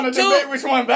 two